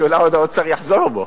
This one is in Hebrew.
כי אולי האוצר עוד יחזור בו,